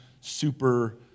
super